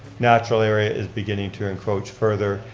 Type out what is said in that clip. natural area is beginning to encroach further.